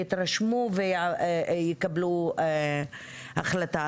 יתרשמו ויקבלו החלטה.